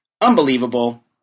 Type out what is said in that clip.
unbelievable